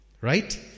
Right